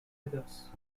others